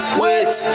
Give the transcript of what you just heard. wait